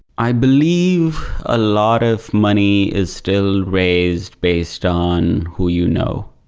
i believe a lot of money is still raised based on who you know,